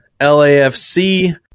LAFC